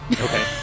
Okay